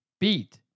beat